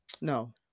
No